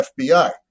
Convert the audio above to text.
FBI